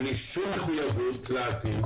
בלי שום מחויבות לעתיד.